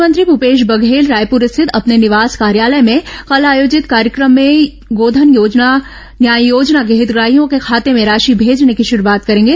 मुख्यमंत्री भूपेश बघेल रायपुर स्थित अपने निवास कार्यालय में कल आयोजित कार्यक्रम में गोधन न्याय योजना के हितग्राहियों के खाते में राशि भेजने की शुरूआत करेंगे